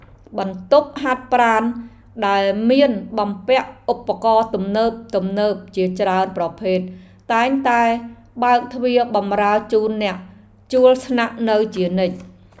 បន្ទប់ហាត់ប្រាណដែលមានបំពាក់ឧបករណ៍ទំនើបៗជាច្រើនប្រភេទតែងតែបើកទ្វារបម្រើជូនអ្នកជួលស្នាក់នៅជានិច្ច។